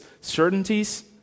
certainties